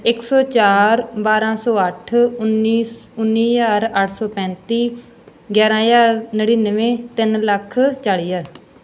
ਇੱਕ ਸੌ ਚਾਰ ਬਾਰਾਂ ਸੌ ਅੱਠ ਉੱਨੀ ਉੱਨੀ ਹਜ਼ਾਰ ਅੱਠ ਸੌ ਪੈਂਤੀ ਗਿਆਰਾਂ ਹਜ਼ਾਰ ਨੜਿਨਵੇਂ ਤਿੰਨ ਲੱਖ ਚਾਲੀ ਹਜ਼ਾਰ